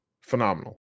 phenomenal